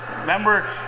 Remember